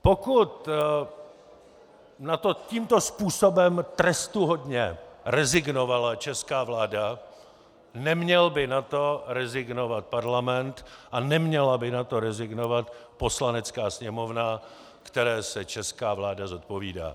Pokud na to tímto způsobem trestuhodně rezignovala česká vláda, neměl by na to rezignovat Parlament a neměla by na to rezignovat Poslanecká sněmovna, které se česká vláda zodpovídá.